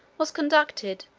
was conducted,